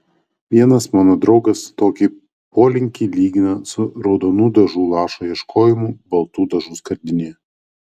vienas mano draugas tokį polinkį lygina su raudonų dažų lašo ieškojimu baltų dažų skardinėje